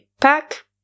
pack